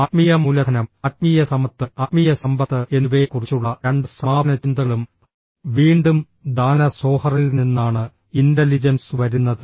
ആത്മീയ മൂലധനം ആത്മീയ സമ്പത്ത് ആത്മീയ സമ്പത്ത് എന്നിവയെക്കുറിച്ചുള്ള രണ്ട് സമാപന ചിന്തകളും വീണ്ടും ദാന സോഹറിൽ നിന്നാണ് ഇന്റലിജൻസ് വരുന്നത്